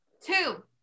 two